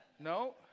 No